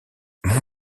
mon